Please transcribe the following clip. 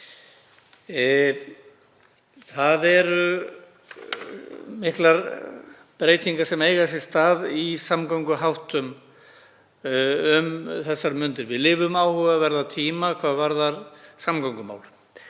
lofti. Miklar breytingar eiga sér stað í samgönguháttum um þessar mundir. Við lifum áhugaverða tíma hvað varðar samgöngumál